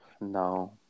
No